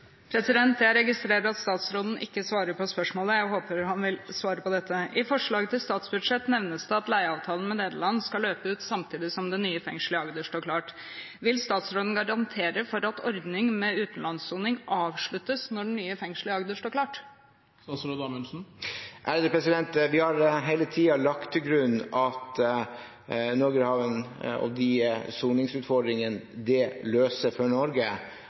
Jeg registrerer at statsråden ikke svarer på spørsmålet. Jeg håper han vil svare på dette: I forslaget til statsbudsjett nevnes det at leieavtalen med Nederland skal løpe ut samtidig som det nye fengslet i Agder står klart. Vil statsråden garantere for at ordningen med utenlandssoning avsluttes når det nye fengslet i Agder står klart? Vi har hele tiden lagt til grunn at Norgerhaven og de soningsutfordringene det løser for Norge,